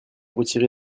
retiré